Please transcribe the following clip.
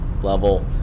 level